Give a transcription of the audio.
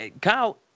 Kyle